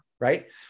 right